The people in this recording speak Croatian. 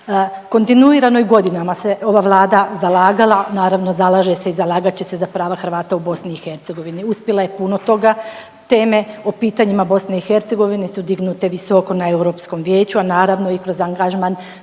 Kontinuirano i godinama se ova vlada zalagala, naravno zalaže se i zalagat će se za prava Hrvata u BiH. Uspjela je puno toga. Teme o pitanjima BiH su dignute visoko na Europskom vijeću, a naravno i kroz angažman